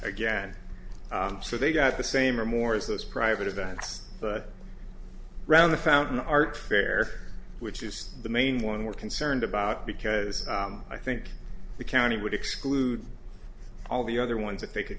again so they got the same or more of those private events but around the fountain art fair which is the main one we're concerned about because i think the county would exclude all the other ones that they could